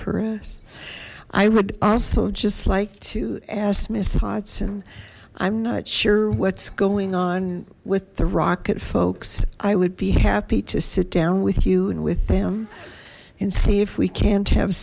for us i would also just like to ask miss hudson i'm not sure what's going on with the rocket folks i would be happy to sit down with you and with them and see if we can't have